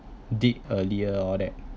did earlier all that